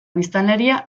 biztanleria